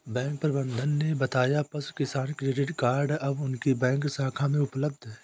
bank प्रबंधक ने बताया पशु किसान क्रेडिट कार्ड अब उनकी बैंक शाखा में उपलब्ध है